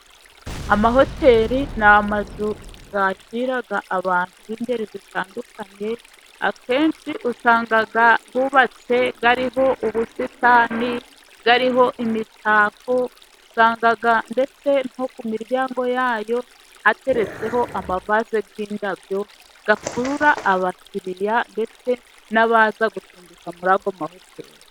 Amahoteli ni amazu bakiriramo abantu b'ingeri zitandukanye. Akenshi usanga yubatse hariho ubusitani, hariho imitako, usanga ndetse no ku miryango yayo hateretseho amavase y'indabyo akurura abakiriya ndetse n'abaza gucumbika mu amahoteli.